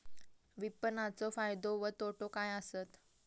विपणाचो फायदो व तोटो काय आसत?